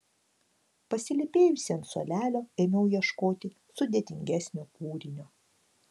pasilypėjusi ant suolelio ėmiau ieškoti sudėtingesnio kūrinio